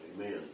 Amen